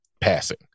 passing